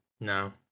No